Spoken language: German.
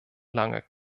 lange